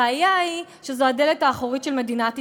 הבעיה היא שזו הדלת האחורית של מדינת ישראל.